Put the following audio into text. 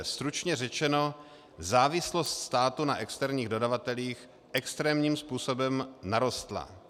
Stručně řečeno, závislost státu na externích dodavatelích extrémním způsobem narostla.